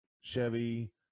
Chevy